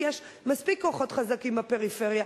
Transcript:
כי יש מספיק כוחות חזקים בפריפריה,